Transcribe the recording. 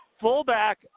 Fullback